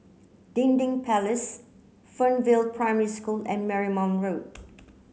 Dinding Place Fernvale Primary School and Marymount Road